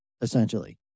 essentially